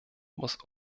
muss